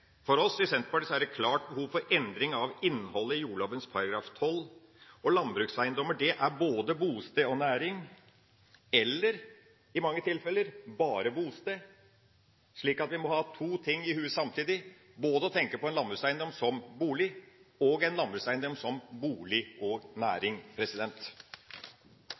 For oss i Senterpartiet er det et klart behov for endring av innholdet i jordlova § 12. Landbrukseiendommer er både bosted og næring eller, i mange tilfeller, bare bosted, så vi må ha to tanker i hodet samtidig. Vi må tenke på en landbrukseiendom både som bolig og som bolig og næring.